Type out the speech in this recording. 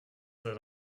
that